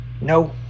No